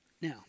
Now